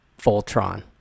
Voltron